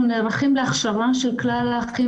אנחנו נערכים להכשרה של כלל האחים